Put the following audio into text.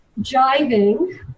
jiving